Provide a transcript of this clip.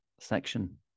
section